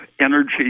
energy